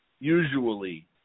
Usually